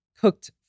cooked